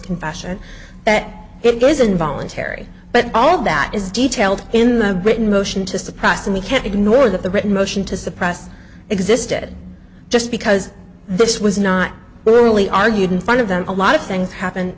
confession that it goes involuntary but all of that is detailed in the britain motion to suppress and we can't ignore that the written motion to suppress existed just because this was not literally argued in front of them a lot of things happen